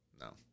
No